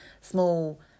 small